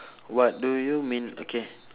what do you mean okay